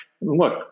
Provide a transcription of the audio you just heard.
Look